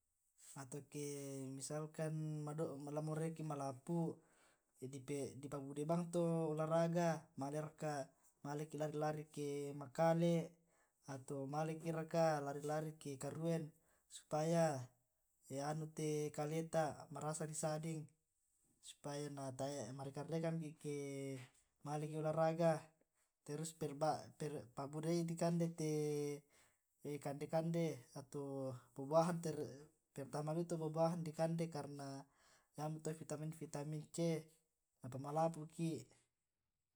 atau ke misalkan la moraiki ma lapu'. di pabudai bang to olahraga maleki lari lari ke makale' atau maleki raka lari lari ke karueng supaya anu te kaleta' marasa di sa'ding, supaya marekan rekan ki ke maleki olahraga terus pa budai di kande te kande kande, buah buahan pertama liu to buah buahan dikande karna yamo to' vitamin vitamin C na pamalapu' ki.